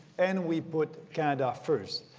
and we put canada first.